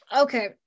Okay